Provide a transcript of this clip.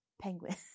penguins